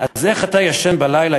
// אז איך אתה ישן בלילה,